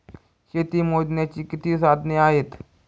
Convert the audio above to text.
शेती मोजण्याची किती साधने आहेत?